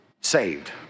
saved